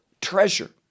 treasure